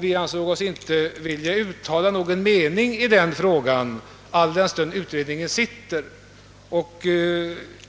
Vi ansåg oss inte böra uttala någon mening i frågan, alldenstund utredningen fortfarande arbetar.